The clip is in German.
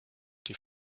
die